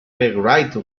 rewrite